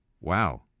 Wow